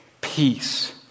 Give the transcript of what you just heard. peace